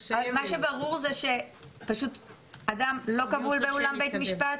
ברור שאדם לא כבול באולם בית משפט?